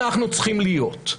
אנחנו צריכים להיות.